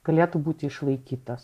galėtų būti išlaikytas